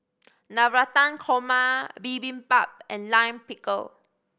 Navratan Korma Bibimbap and Lime Pickle